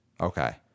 Okay